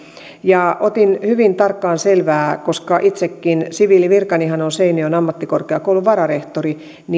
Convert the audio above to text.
ja otin hyvin tarkkaan selvää koska itsekin siviilivirkanihan on seinäjoen ammattikorkeakoulun vararehtori